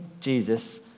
Jesus